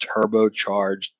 Turbocharged